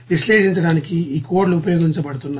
విశ్లేషించడానికి ఈ కోడ్లు ఉపయోగించబడుతున్నాయి